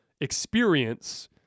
experience